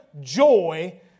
joy